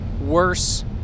worse